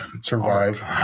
survive